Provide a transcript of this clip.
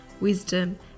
wisdom